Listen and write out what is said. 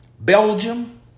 Belgium